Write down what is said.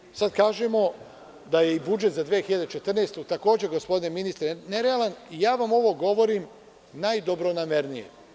Naravno, sada kažemo da je i budžet za 2014. godinu, takođe, gospodine ministre, nerealan i ja vam ovo govorim, najdobronamernije.